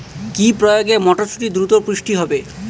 কি প্রয়োগে মটরসুটি দ্রুত পুষ্ট হবে?